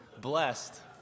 blessed